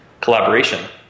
collaboration